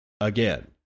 again